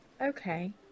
okay